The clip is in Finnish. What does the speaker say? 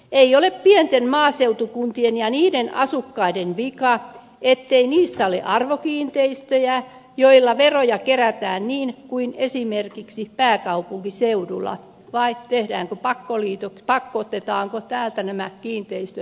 ei ole pienten maaseutukuntien ja niiden asukkaiden vika ettei niissä ole arvokiinteistöjä joilla veroja kerätään niin kuin esimerkiksi pääkaupunkiseudulla vai pakotetaanko täältä nämä kiinteistöt maaseudulle